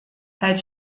als